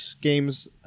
games